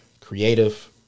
creative